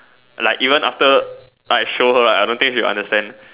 like even after I show her right I don't she'll understand